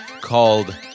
called